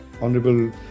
Honorable